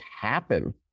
happen